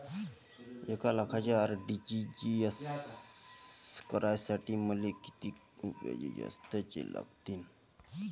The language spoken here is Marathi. एक लाखाचे आर.टी.जी.एस करासाठी मले कितीक रुपये जास्तीचे लागतीनं?